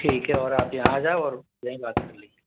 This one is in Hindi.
ठीक है और आप यहाँ आ जाओ और यहीं बात कर लेंगे